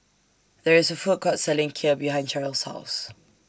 There IS A Food Court Selling Kheer behind Cheryle's House